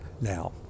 now